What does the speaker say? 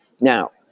Now